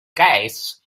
guests